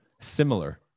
similar